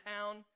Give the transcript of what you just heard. town